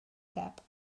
depp